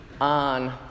on